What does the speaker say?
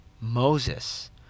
Moses